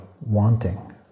wanting